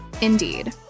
Indeed